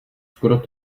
skoro